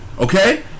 Okay